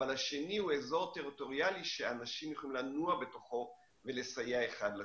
אבל השני הוא אזור טריטוריאלי שאנשים יוכלו לנוע בתוכו ולסייע אחד לשני.